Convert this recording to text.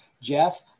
Jeff